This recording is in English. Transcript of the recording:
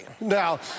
Now